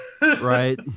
Right